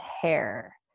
hair